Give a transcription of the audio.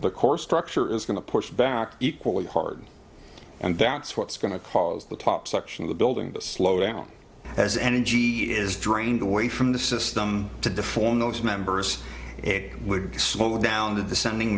the core structure is going to push back equally hard and that's what's going to cause the top section of the building slowdown as energy is drained away from the system to deformed those members it would slow down the descending